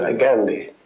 ah ghandi.